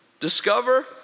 Discover